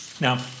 Now